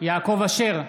יעקב אשר,